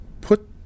put